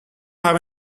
have